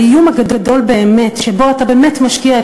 האיום הגדול באמת שבו אתה באמת משקיע את